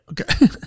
Okay